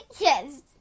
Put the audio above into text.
Yes